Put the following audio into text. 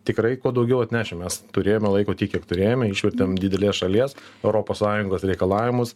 tikrai kuo daugiau atnešim mes turėjome laiko tiek kiek turėjome išvertėm didelės šalies europos sąjungos reikalavimus